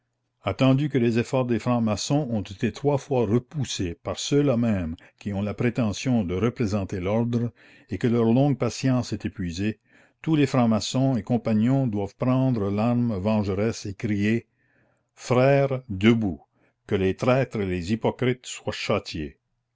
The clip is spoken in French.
attendu que les efforts des francs-maçons ont été trois fois repoussés par ceux-là mêmes qui ont la prétention de représenter l'ordre et que leur longue patience est épuisée tous les francs-maçons et compagnons doivent prendre l'arme vengeresse et crier frères debout que les traîtres et les hypocrites soient châtiés